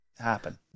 happen